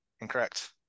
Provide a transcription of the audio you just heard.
Incorrect